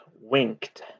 winked